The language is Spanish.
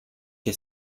que